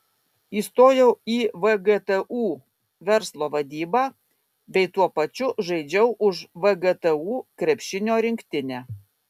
įstojau į vgtu verslo vadybą bei tuo pačiu žaidžiau už vgtu krepšinio rinktinę